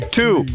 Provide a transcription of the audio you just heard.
two